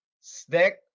STICK